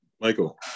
Michael